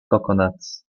coconuts